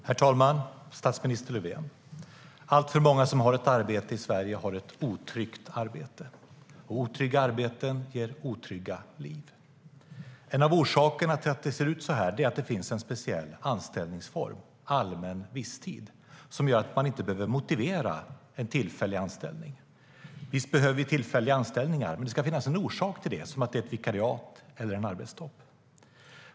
Herr talman! Statsminister Löfven! Alltför många som har ett arbete i Sverige har ett otryggt arbete, och otrygga arbeten ger otrygga liv. En av orsakerna till att det ser ut så här är att det finns en speciell anställningsform, allmän visstid, som gör att man inte behöver motivera en tillfällig anställning. Visst behöver vi tillfälliga anställningar. Men det ska finnas en orsak till det, att det är ett vikariat eller en arbetstopp.